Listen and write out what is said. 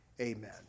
Amen